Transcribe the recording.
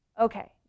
okay